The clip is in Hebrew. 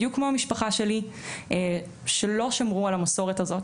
בדיוק כמו המשפחה שלי שלא שמרו על המסורת הזאת,